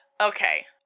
Okay